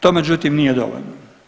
To međutim nije dovoljno.